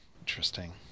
Interesting